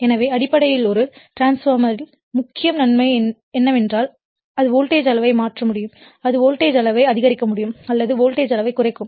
எனவே அடிப்படையில் ஒரு டிரான்ஸ்பார்மர்யில் ஒரு முக்கிய நன்மை என்னவென்றால் அது வோல்டேஜ் அளவை மாற்ற முடியும் அது வோல்டேஜ் அளவை அதிகரிக்க முடியும் அல்லது வோல்டேஜ் அளவைக் குறைக்கும்